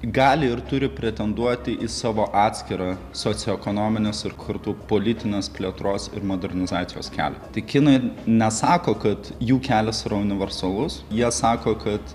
gali ir turi pretenduoti į savo atskirą socioekonominės ir kartu politinės plėtros ir modernizacijos kelią tai kinai nesako kad jų kelias yra universalus jie sako kad